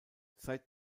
seit